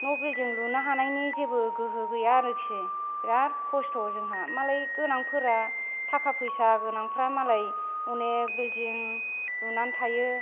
न' बिल्डिं लुनो हानायनि जेबो गोहो गैया आरोखि बिराद खस्थ' जोंहा मालाय गोनांफोरा थाखा फैसा गोनांफोरा मालाय अनेख बिल्डिं लुनानै थायो